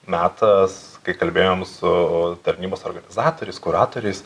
metas kai kalbėjom su tarnybos organizatoriais kuratoriais